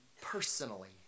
personally